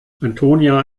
antonia